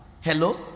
Hello